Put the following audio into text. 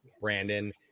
Brandon